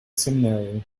seminary